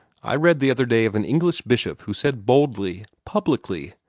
i read the other day of an english bishop who said boldly, publicly,